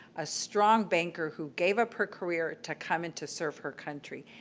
a strong banker who gave up her career to come and to serve her country,